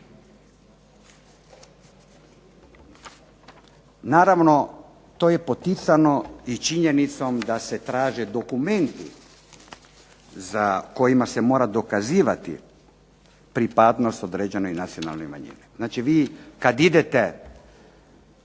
Naravno, to je poticano i činjenicom da se traže dokumenti kojima se mora dokazivati pripadnost određenoj nacionalnoj manjini. Znači, vi kad idete